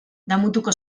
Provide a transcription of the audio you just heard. damutuko